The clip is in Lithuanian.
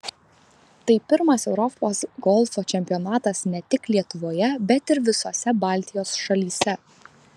tai pirmas europos golfo čempionatas ne tik lietuvoje bet ir visose baltijos šalyse